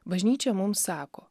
bažnyčia mums sako